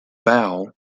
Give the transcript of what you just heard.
bow